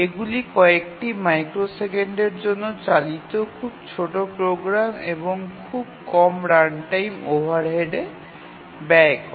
এগুলি কয়েকটি মাইক্রোসেকেন্ডের জন্য চালিত খুব ছোট প্রোগ্রাম এবং খুব কম রানটাইম ওভারহেড ব্যয় করে